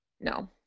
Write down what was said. no